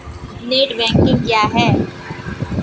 Net banking क्या है?